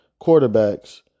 quarterbacks